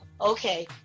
Okay